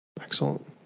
Excellent